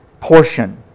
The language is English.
portion